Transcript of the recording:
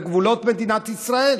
בגבולות של מדינת ישראל.